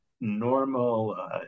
normal